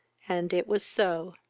and it was so,